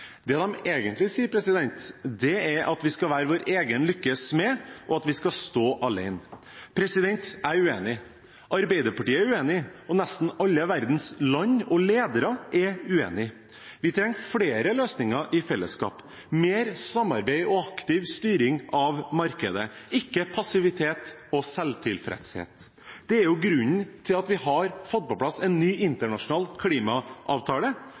Det de egentlig sier, er at vi skal være vår egen lykkes smed, og at vi skal stå alene. Jeg er uenig i det, Arbeiderpartiet er uenig i det, og nesten alle verdens land og ledere er uenig i det. Vi trenger flere løsninger i fellesskap, mer samarbeid og aktiv styring av markedet – ikke passivitet og selvtilfredshet. Det er grunnen til at vi har fått på plass en ny internasjonal klimaavtale,